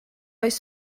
oes